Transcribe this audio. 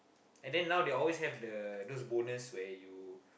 and then now they always have the those bonus where you